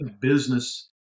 business